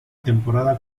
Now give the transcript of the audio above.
temporada